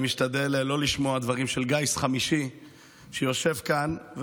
אני משתדל לא לשמוע דברים של גיס חמישי שיושב כאן.